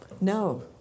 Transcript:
No